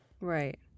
Right